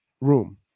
room